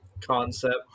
concept